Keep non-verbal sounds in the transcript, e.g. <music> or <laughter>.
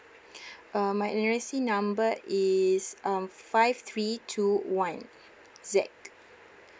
<breath> uh my N_R_I_C number is um five three two one Z